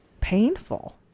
painful